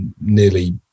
nearly